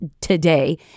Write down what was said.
today